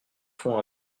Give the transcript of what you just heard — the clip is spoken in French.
font